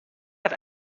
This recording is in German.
hat